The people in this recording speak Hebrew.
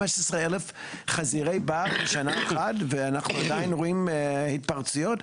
15,000 חזירי בר בשנה אחת ואנחנו עדיין רואים התפרצויות.